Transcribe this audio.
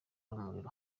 n’umuriro